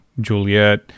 juliet